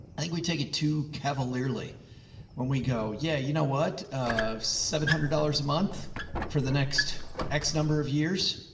i think we take it too cavalierly when we go, yeah, you know what? a seven hundred dollars a month for the next x number of years,